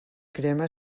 crema